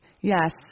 yes